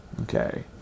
Okay